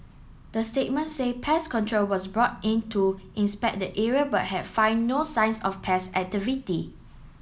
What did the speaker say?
the statement say pest control was brought in to inspect the area but had find no signs of pest activity